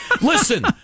listen